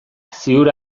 ziur